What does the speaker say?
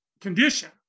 condition